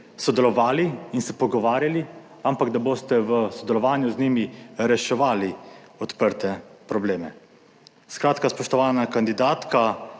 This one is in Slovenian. sodelovali in se pogovarjali, ampak da boste v sodelovanju z njimi reševali odprte probleme. Skratka, spoštovana kandidatka,